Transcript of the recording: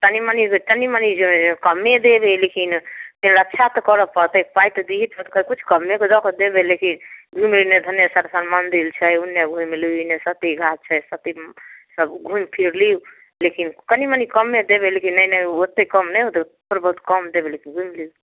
कनि मनि जे कनि मनि कम्मे देबै लेकिन रक्षा तऽ करै पड़तै पाइ तऽ दिअऽ पड़त किछु कम्मे कऽ कऽ देबै लेकिन घुमैलए धनेसरसन मन्दिर छै ओन्ने घुमि लिअऽ एन्ने सती घाट छै सतीसब घुमि फिरि लिअऽ लेकिन कनी मनी कम्मे देबै लेकिन नहि नहि ओतेक कम नहि हैत थोड़ बहुत कम देबै लेकिन घुमि लिअऽ